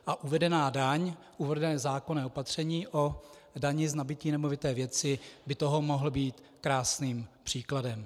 A uvedená daň, uvedené zákonné opatření o dani z nabytí nemovité věci by toho mohlo být krásným příkladem.